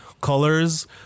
Colors